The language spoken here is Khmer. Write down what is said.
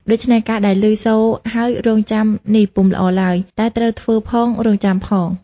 ដូច្នេះការដែលឮសូរហើយរង់ចាំនេះពុំល្អឡើយ តែត្រូវធ្វើផងរងចាំផង។